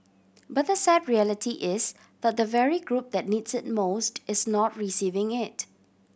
but the sad reality is that the very group that needs it most is not receiving it